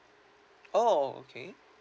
oh okay